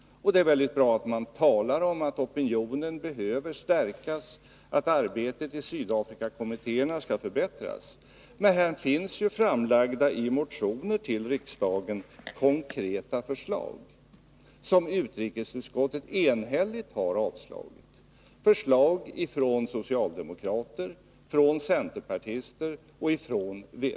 Det är väldigt bra att man talar om att opinionen behöver stärkas och att arbetet i Sydafrikakommittén skall förbättras. I motioner till riksdagen har konkreta förslag lagts fram, men ett enigt utrikesutskott har avstyrkt dem. Det gäller förslag från socialdemokrater, från centerpartister och från vpk.